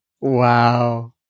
Wow